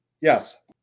Yes